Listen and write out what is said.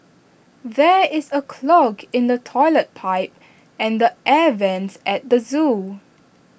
there is A clog in the Toilet Pipe and the air Vents at the Zoo